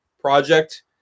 project